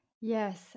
Yes